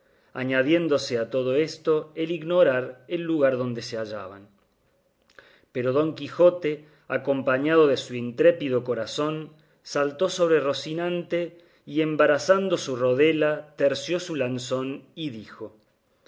añadiéndose a todo esto el ignorar el lugar donde se hallaban pero don quijote acompañado de su intrépido corazón saltó sobre rocinante y embrazando su rodela terció su lanzón y dijo